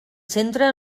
centra